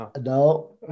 No